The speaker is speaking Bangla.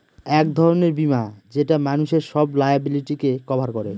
এক ধরনের বীমা যেটা মানুষের সব লায়াবিলিটিকে কভার করে